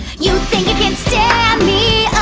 you can stand me